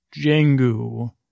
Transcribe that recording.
Jengu